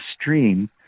stream